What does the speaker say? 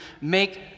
make